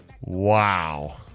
Wow